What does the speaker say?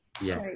Yes